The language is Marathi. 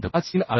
53 आढळले आहे